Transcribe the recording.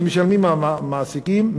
שמשלמים המעסיקים,